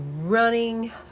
running